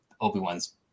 Obi-Wan's